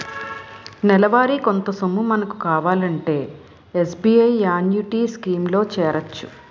నెలవారీ కొంత సొమ్ము మనకు కావాలంటే ఎస్.బి.ఐ యాన్యుటీ స్కీం లో చేరొచ్చు